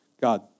God